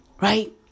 right